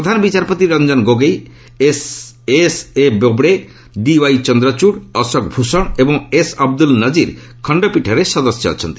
ପ୍ରଧାନ ବିଚାରପତି Ranjan Gogoi S A Bobde D Y Chandrachud Ashok Bhushan ଏବଂ S Abdul Nazeer ଖଣ୍ଡପୀଠରେ ସଦସ୍ୟ ଅଛନ୍ତି